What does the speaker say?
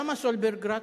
למה סולברג רק?